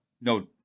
No